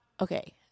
okay